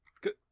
Good